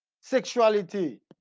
sexuality